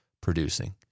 producing